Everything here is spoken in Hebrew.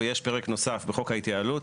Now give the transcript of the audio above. ויש פרק נוסף בחוק ההתייעלות,